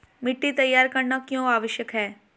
मिट्टी तैयार करना क्यों आवश्यक है?